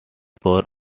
score